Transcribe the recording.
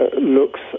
looks